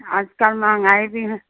आज कल महंगाई भी है